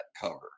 cover